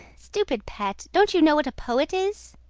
stupid pet! don't you know what a poet is?